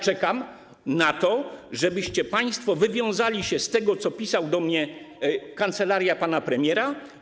Czekam na to, żebyście państwo wywiązali się z tego, o czym w marcu pisała do mnie kancelaria pana premiera.